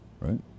Right